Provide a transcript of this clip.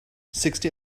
sixty